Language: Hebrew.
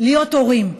להיות הורים,